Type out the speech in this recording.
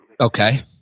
Okay